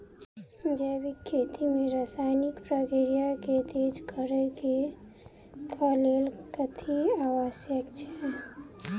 जैविक खेती मे रासायनिक प्रक्रिया केँ तेज करै केँ कऽ लेल कथी आवश्यक छै?